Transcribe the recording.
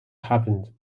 happened